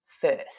first